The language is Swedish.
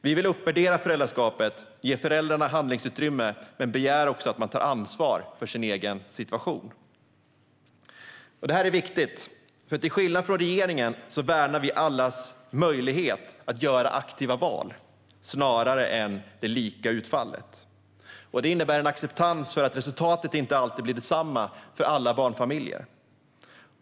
Vi vill uppvärdera föräldraskapet och ge föräldrarna handlingsutrymme men begär också att man tar ansvar för sin egen situation. Detta är viktigt. Till skillnad från regeringen värnar vi allas möjlighet att göra aktiva val snarare än det lika utfallet. Det innebär en acceptans för att resultatet inte alltid blir detsamma för alla barnfamiljer.